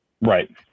right